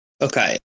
Okay